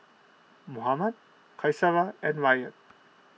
Muhammad Qaisara and Ryan